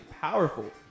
Powerful